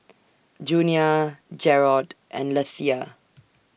Junia Jerrod and Lethia